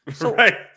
Right